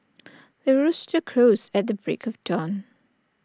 the rooster crows at the break of dawn